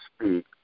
speak